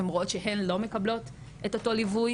והן רואות שהן לא מקבלות את אותו ליווי,